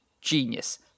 genius